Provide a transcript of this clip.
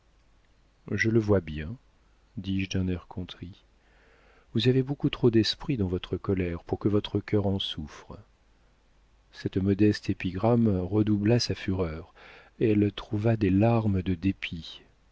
je le vois bien dis-je d'un air contrit vous avez beaucoup trop d'esprit dans votre colère pour que votre cœur en souffre cette modeste épigramme redoubla sa fureur elle trouva des larmes de dépit